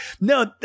no